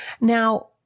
Now